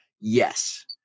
Yes